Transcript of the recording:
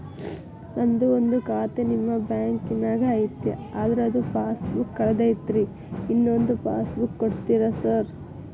ನಂದು ಒಂದು ಖಾತೆ ನಿಮ್ಮ ಬ್ಯಾಂಕಿನಾಗ್ ಐತಿ ಅದ್ರದು ಪಾಸ್ ಬುಕ್ ಕಳೆದೈತ್ರಿ ಇನ್ನೊಂದ್ ಪಾಸ್ ಬುಕ್ ಕೂಡ್ತೇರಾ ಸರ್?